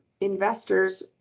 investors